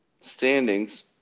standings